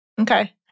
Okay